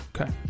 Okay